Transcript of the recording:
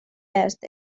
est